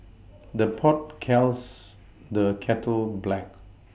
the pot calls the kettle black